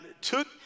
took